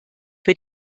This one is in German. für